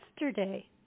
yesterday